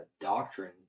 doctrine